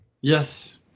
Yes